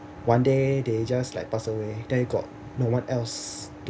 one day they just like pass away they got no one else